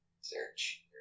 Search